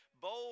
bold